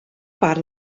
part